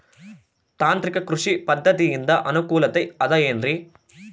ತಾಂತ್ರಿಕ ಕೃಷಿ ಪದ್ಧತಿಯಿಂದ ಅನುಕೂಲತೆ ಅದ ಏನ್ರಿ?